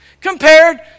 compared